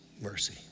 mercy